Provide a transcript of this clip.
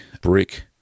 Brick